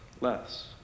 less